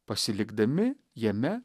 pasilikdami jame